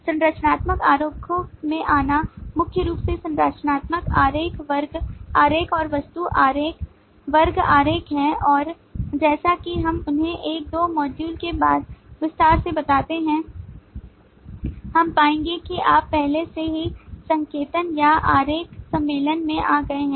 संरचनात्मक आरेखों में आना मुख्य रूप से संरचनात्मक आरेख वर्ग आरेख और वस्तु आरेख वर्ग आरेख हैं और जैसा कि हम उन्हें एक दो मॉड्यूल के बाद विस्तार से बताते हैं हम पाएंगे कि आप पहले से ही संकेतन या आरेख सम्मेलन में आ गए हैं